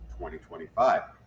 2025